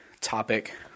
topic